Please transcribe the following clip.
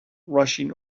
rushing